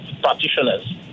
practitioners